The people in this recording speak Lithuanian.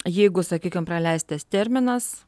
jeigu sakykim praleistas terminas